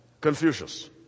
Confucius